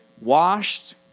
washed